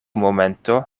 momento